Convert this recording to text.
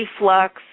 reflux